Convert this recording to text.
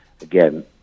Again